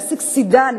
להשיג סידן,